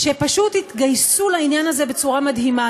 שפשוט התגייסו לעניין הזה בצורה מדהימה.